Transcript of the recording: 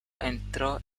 entró